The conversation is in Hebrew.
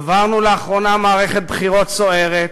עברנו לאחרונה מערכת בחירות סוערת,